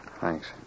Thanks